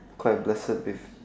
quite blessed with